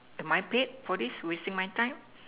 am I paid for this wasting my time